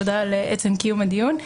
תודה על עצם קיום הדיון.